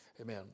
Amen